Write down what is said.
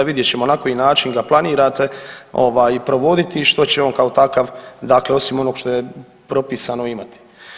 Vidjet ćemo na koji način ga planirate ovaj provoditi i što će on kao takav dakle osim onog što je propisano imati.